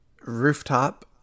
Rooftop